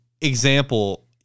example